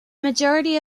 majority